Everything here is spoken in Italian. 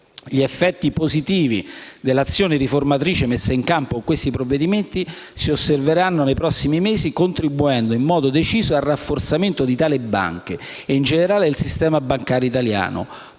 Gli effetti positivi dell'azione riformatrice messa in campo con questi provvedimenti si osserveranno nei prossimi mesi, contribuendo in modo deciso al rafforzamento di tali banche e, in generale, del sistema bancario italiano,